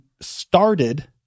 started